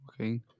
Okay